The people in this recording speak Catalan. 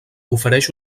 ofereix